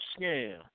scam